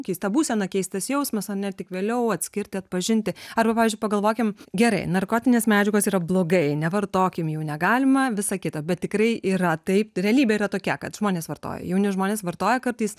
keista būsena keistas jausmas ar ne ir tik vėliau atskirti atpažinti arba pavyzdžiui pagalvokim gerai narkotinės medžiagos yra blogai nevartokim jų negalima visa kita bet tikrai yra taip realybė yra tokia kad žmonės vartoja jauni žmonės vartoja kartais